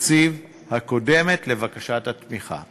התקציב הקודמת לבקשת התמיכה.